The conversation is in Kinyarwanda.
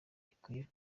ikwiye